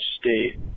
state